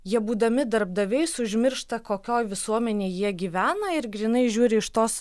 jie būdami darbdaviais užmiršta kokioj visuomenėj jie gyvena ir grynai žiūri iš tos